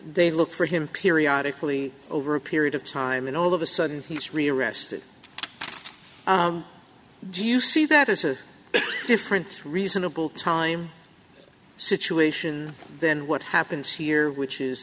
they look for him periodically over a period of time and all of a sudden he's rearrested do you see that is a different reasonable time situation than what happens here which is